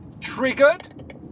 Triggered